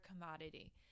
commodity